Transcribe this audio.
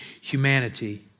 humanity